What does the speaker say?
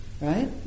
right